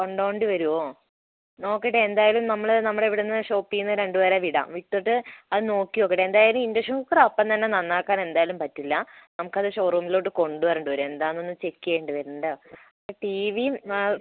കൊണ്ടുവരേണ്ടി വരുമോ നോക്കട്ടെ എന്തായാലും നമ്മൾ നമ്മൾ ഇവിടെ നിന്ന് ഷോപ്പിൽ നിന്ന് രണ്ടു പേരെ വിടാം വിട്ടിട്ട് അത് നോക്കി നോക്കട്ടെ എന്തായാലും ഇൻഡഷൻ കുക്കറ് അപ്പം തന്നെ നന്നാക്കാൻ എന്തായാലും പറ്റില്ല നമുക്കത് ഷോറൂമിലോട്ട് കൊണ്ടു വരേണ്ടി വരും ഏന്താണെന്നൊന്ന് ചെക്ക് ചെയ്യേണ്ടി വരുന്നുണ്ട് ടീ വിയും